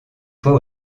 fois